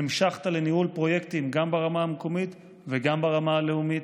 המשכת לניהול פרויקטים ברמה המקומית וגם ברמה הלאומית,